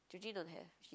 don't have she